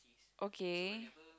okay